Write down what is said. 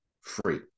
free